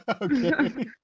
Okay